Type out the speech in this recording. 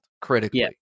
critically